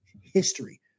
history